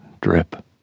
drip